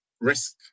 risk